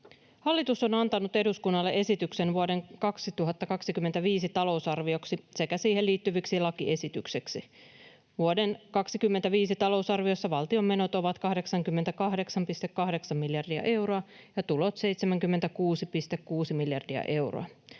Hallitus on antanut eduskunnalle esityksen vuoden 2025 talousarvioksi sekä siihen liittyviksi lakiesityksiksi. Vuoden 2025 talousarviossa valtion menot ovat 88,8 miljardia euroa ja tulot 76,6 miljardia euroa.